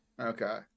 Okay